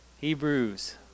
Hebrews